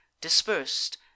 Dispersed